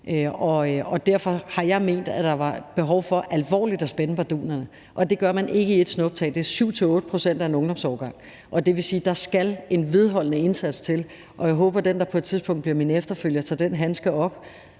Derfor har jeg ment, at der var behov for alvorligt at spænde bardunerne, og det gør man ikke i et snuptag, det er 7-8 pct. af en ungdomsårgang, og det vil sige, at der skal en vedholdende indsats til, og jeg håber, at den, der på et tidspunkt bliver min efterfølger, tager den handske op